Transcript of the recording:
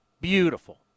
Beautiful